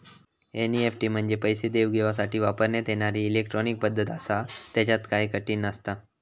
NEFT म्हंजे पैसो देवघेवसाठी वापरण्यात येणारी इलेट्रॉनिक पद्धत आसा, त्येच्यात काय कठीण नसता